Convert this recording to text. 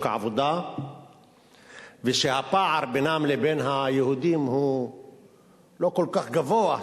העבודה ושהפער בינם לבין היהודים הוא לא כל כך גבוה,